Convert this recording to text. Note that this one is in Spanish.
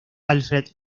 alfred